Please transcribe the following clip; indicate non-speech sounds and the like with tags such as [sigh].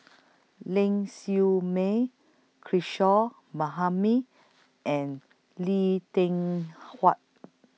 Ling Siew May Kishore [unintelligible] and Lee Tin Hua